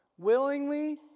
Willingly